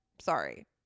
Sorry